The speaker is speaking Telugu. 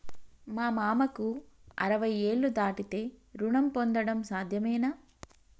మా మామకు అరవై ఏళ్లు దాటితే రుణం పొందడం సాధ్యమేనా?